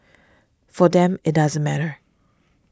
for them it doesn't matter